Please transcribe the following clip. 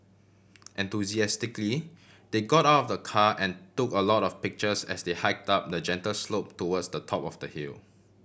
enthusiastically they got out of the car and took a lot of pictures as they hiked up the gentle slope towards the top of the hill